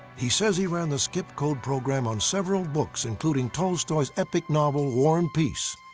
he says he ran the skip code program on several books, including tolstoy's epic novel, war and peace,